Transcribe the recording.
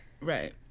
Right